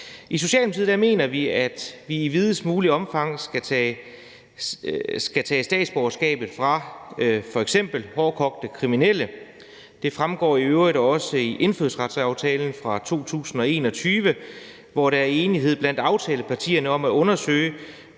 I Socialdemokratiet mener vi, at vi i videst muligt omfang skal tage statsborgerskabet fra f.eks. hårdkogte kriminelle. Det fremgår i øvrigt også af indfødsretsaftalen fra 2021, hvor der er enighed blandt aftalepartierne om at undersøge,